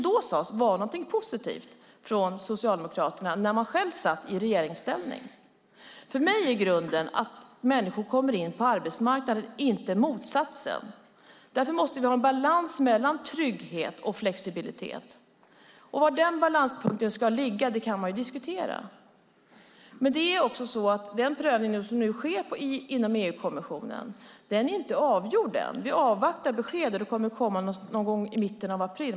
Då sades det vara någonting positivt från Socialdemokraterna när man själv satt i regeringsställning. För mig är grunden för att människor kommer in på arbetsmarknaden inte motsatsen. Därför måste vi ha en balans mellan trygghet och flexibilitet. Var den balanspunkten ska ligga kan man diskutera. Den prövning som nu sker inom EU-kommissionen är inte avgjord än. Vi avvaktar ett besked som kommer någon gång i mitten av april.